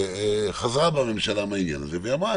חזרה בה הממשלה מהעניין הזה ואמרה,